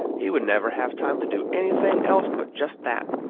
he would never have time to do anything else but just that.